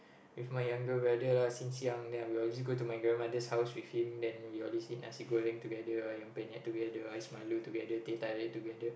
with my younger brother lah since young then I will always go to my grandmother's house with him then we always eat nasi-goreng together Ayam-Penyet together ice milo together teh-tarik together